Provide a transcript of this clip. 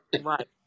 Right